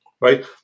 right